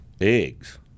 eggs